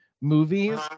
movies